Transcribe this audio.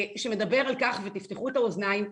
שמדבר על כך ותפתחו את האוזניים,